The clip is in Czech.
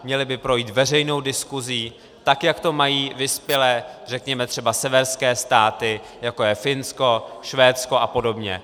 Měly by projít veřejnou diskuzí, tak jak to mají vyspělé, řekněme třeba severské státy, jako je Finsko, Švédsko a podobně.